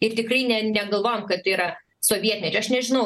ir tikrai ne negalvojam kad yra sovietmečio aš nežinau